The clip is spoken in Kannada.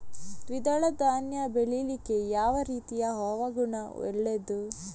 ದ್ವಿದಳ ಧಾನ್ಯ ಬೆಳೀಲಿಕ್ಕೆ ಯಾವ ರೀತಿಯ ಹವಾಗುಣ ಒಳ್ಳೆದು?